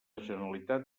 generalitat